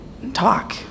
talk